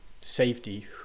safety